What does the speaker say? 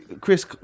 Chris